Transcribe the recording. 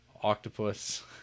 octopus